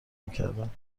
میکردم